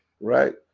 right